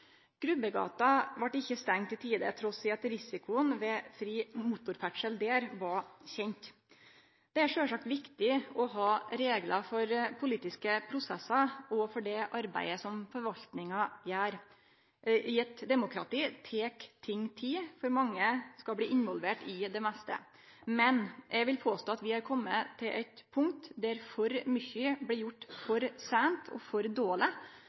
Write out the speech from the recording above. Grubbegata vart ikkje stengd i tide, trass i at risikoen ved fri motorferdsel der var kjend. Det er sjølvsagt viktig å ha reglar for politiske prosessar og for det arbeidet som forvaltninga gjer. I eit demokrati tek ting tid, for mange skal bli involverte i det meste. Men eg vil påstå at vi har kome til eit punkt der for mykje blir gjort for seint og for dårleg,